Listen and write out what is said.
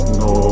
no